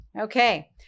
Okay